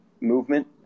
movement